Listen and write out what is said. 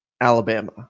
Alabama